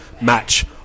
match